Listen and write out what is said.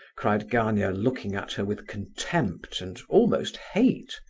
cried gania, looking at her with contempt and almost hate.